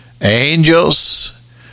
Angels